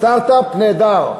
סטרט-אפ, נהדר,